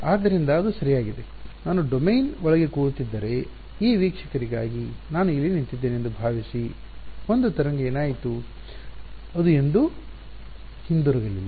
ಆದ್ದರಿಂದ ಅದು ಸರಿಯಾಗಿದೆ ನಾನು ಡೊಮೇನ್ ಒಳಗೆ ಕುಳಿತಿದ್ದರೆ ಈ ವೀಕ್ಷಕರಿಗಾಗಿ ನಾನು ಇಲ್ಲಿ ನಿಂತಿದ್ದೇನೆ ಎಂದು ಭಾವಿಸಿ ಒಂದು ತರಂಗ ಏನಾಯಿತು ಅದು ಎಂದು ಹಿಂತಿರುಗಲಿಲ್ಲ